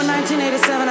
1987